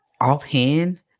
offhand